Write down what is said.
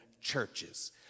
churches